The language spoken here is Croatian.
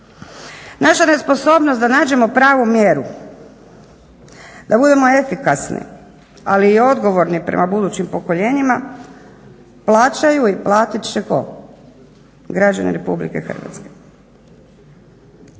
Naša nesposobnost da nađemo pravu mjeru, da budemo efikasni ali i odgovorni prema budućim pokoljenjima plaćaju i platit će tko? Građani Republike Hrvatske.